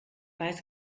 weiß